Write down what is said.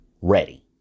ready